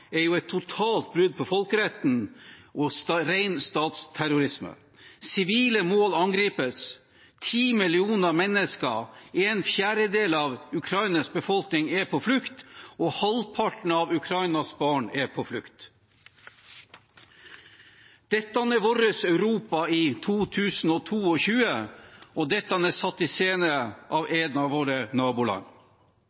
totalt brudd på folkeretten og ren statsterrorisme. Sivile mål angripes. Ti millioner mennesker, en fjerdedel av Ukrainas befolkning, er på flukt, og halvparten av Ukrainas barn er på flukt. Dette er vårt Europa i 2022, og dette er satt i scene av